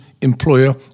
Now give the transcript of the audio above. employer